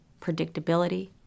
predictability